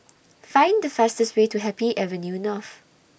Find The fastest Way to Happy Avenue North